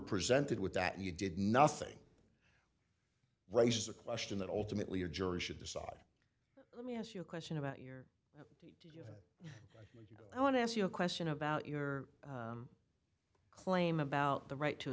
presented with that you did nothing rises the question that ultimately a jury should decide let me ask you a question about your i want to ask you a question about your claim about the right to